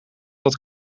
dat